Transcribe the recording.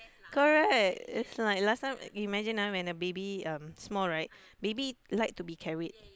correct it's like last time you imagine ah when the baby um small right baby like to be carried